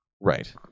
Right